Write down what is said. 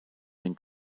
den